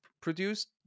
produced